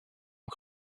aux